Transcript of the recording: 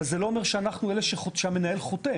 אבל זה לא אומר שהמנהל חותם.